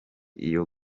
iyo